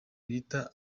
bita